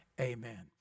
Amen